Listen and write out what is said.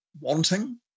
wanting